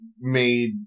made